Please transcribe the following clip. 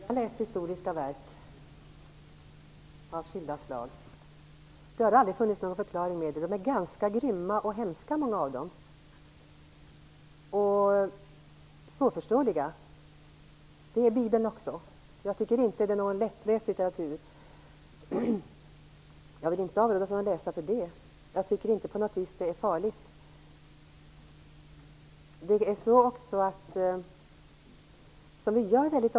Herr talman! Jag ha läst historiska verk av skilda slag. Det har aldrig funnits någon förklaring i dem. Många av dem är ganska grymma, hemska och svårförståeliga. Det är Bibeln också - jag tycker inte att det är någon lättläst litteratur. Jag vill inte avråda från att läsa Bibeln för det. Jag tycker inte att det på något vis är farligt.